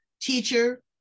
teacher